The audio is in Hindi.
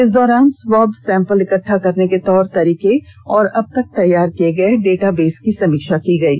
इस दौरान स्वाब सैंपल इकट्ठा करने के तौर तरीके और अब तक तैयार किए गए डेटाबेस की समीक्षा की गयी